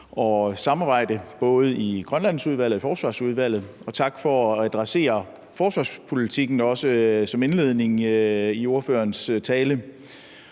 at samarbejde både i Grønlandsudvalget og i Forsvarsudvalget. Og tak for at adressere forsvarspolitikken som indledning i ordførerens tale.